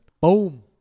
Boom